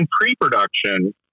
pre-production